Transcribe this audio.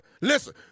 Listen